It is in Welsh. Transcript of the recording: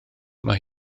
mae